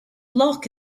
block